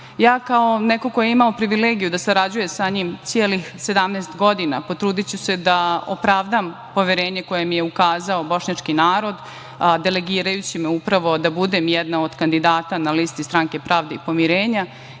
znao. Kao neko ko je imao privilegiju da sarađuje sa njim celih 17 godina, potrudiću se da opravdam poverenje koje mi je ukazao bošnjački narod, delegirajući me upravo da budem jedna od kandidata na listi Stranke pravde i pomirenja